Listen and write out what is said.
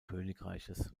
königreiches